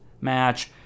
match